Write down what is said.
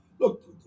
Look